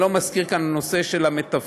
אני לא מזכיר כאן את הנושא של המתווכים.